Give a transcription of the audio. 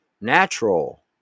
natural